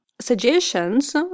Suggestions